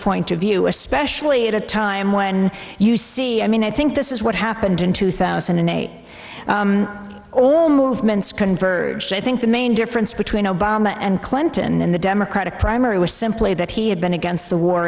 point of view especially at a time when you see i mean i think this is what happened in two thousand and eight all movements converged i think the main difference between obama and clinton in the democratic primary was simply that he had been